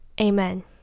Amen